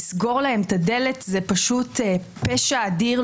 לסגור להם את הדלת זה פשוט פשע אדיר.